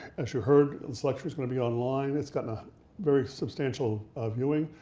as you heard, this lecture is gonna be online. it's gotten a very substantial um viewing,